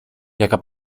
jaka